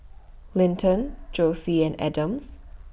Linton Josie and Adams